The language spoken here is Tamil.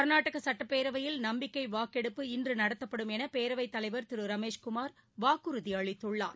கர்நாடக சட்டப்பேரவையில் நம்பிக்கை வாக்கெடுப்பு இன்றுடத்தப்படும் என பேரவைத் தலைவர் திரு ரமேஷ் குமார் வாக்குறுதி அளித்துள்ளார்